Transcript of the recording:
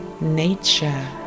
nature